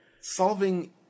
Solving